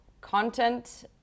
content